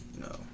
No